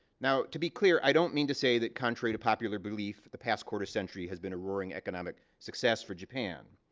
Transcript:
now to be clear, i don't mean to say that, contrary to popular belief, the past quarter century has been a roaring economic success for japan.